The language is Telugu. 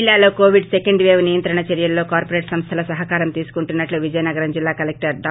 జిల్లాలో కోవిడ్ సెకండ్ పేవ్ నియంత్రణ చర్యల్లో కార్పొరేట్ సంస్థల సహకారం తీసుకుంటున్నట్లు విజయనగరం జిల్లా కలెక్టర్ డా